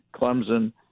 Clemson